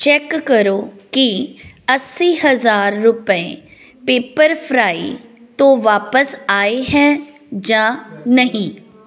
check ਕਰੋ ਕਿ ਅੱਸੀ ਹਜ਼ਾਰ ਰੁਪਏ ਪੈਪਰਫ੍ਰਾਈ ਤੋਂ ਵਾਪਸ ਆਏ ਹੈ ਜਾਂ ਨਹੀਂ